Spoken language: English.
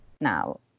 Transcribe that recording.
now